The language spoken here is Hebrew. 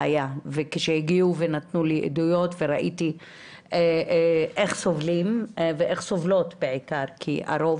וכשהגיעו ונתנו לי עדויות וראיתי איך סובלים ובעיקר איך סובלות - רוב